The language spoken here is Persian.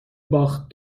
باخت